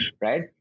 right